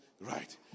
right